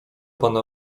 pana